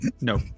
no